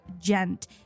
gent